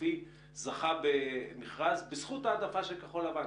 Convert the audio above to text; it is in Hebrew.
סופי בסופו של דבר זכה במכרז בזכות העדפה של כחול לבן,